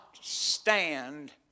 stand